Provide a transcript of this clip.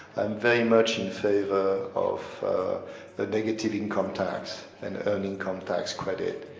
i'm very much in favor of the negative income tax and earned income tax credit,